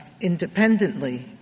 independently